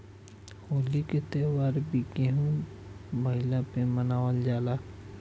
होली के त्यौहार भी गेंहू भईला पे मनावल जाला